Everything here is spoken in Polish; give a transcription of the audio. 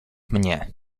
mnie